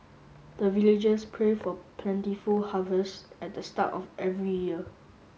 the villagers pray for plentiful harvest at the start of every year